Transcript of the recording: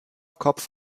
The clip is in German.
kopf